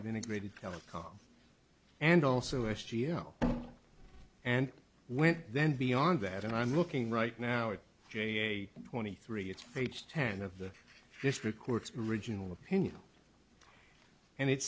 integrated telecom and also s t l and went then beyond that and i'm looking right now at j twenty three it's page ten of the district court's regional opinion and it